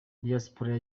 diyasipora